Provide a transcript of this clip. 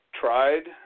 tried